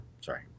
sorry